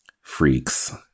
Freaks